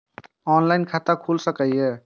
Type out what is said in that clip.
Online खाता खुल सके ये?